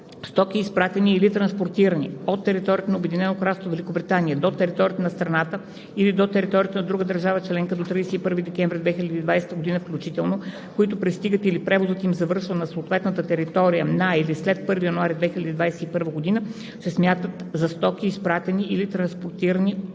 Стоки, изпратени или транспортирани от територията на Обединено кралство Великобритания до територията на страната или до територията на друга държава членка до 31 декември 2020 г. включително, които пристигат или превозът им завършва на съответната територия на или след 1 януари 2021 г., се смятат за стоки, изпратени или транспортирани от територията